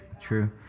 true